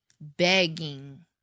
begging